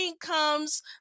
comes